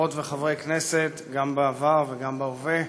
חברות וחברי הכנסת גם בעבר וגם בהווה,